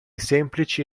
semplici